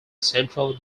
central